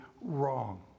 wrong